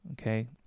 okay